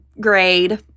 grade